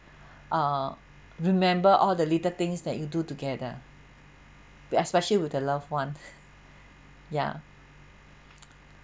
err remember all the little things that you do together especially with the loved one ya